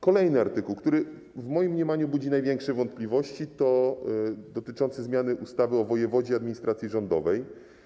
Kolejny artykuł, który w moim mniemaniu budzi największe wątpliwości, dotyczy zmiany ustawy o wojewodzie i administracji rządowej.